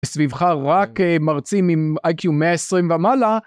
וסביבך רק מרצים עם איי-קיו 120 ומעלה